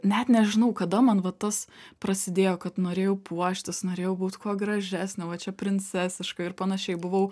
net nežinau kada man va tas prasidėjo kad norėjau puoštis norėjau būt kuo gražesnė va čia princesiška ir panašiai buvau